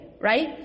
right